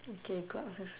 mm K go out first